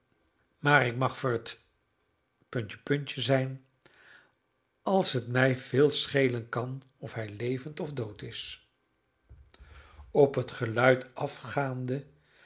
maar ik mag verd d zijn als het mij veel schelen kan of hij levend of dood is op het geluid afgaande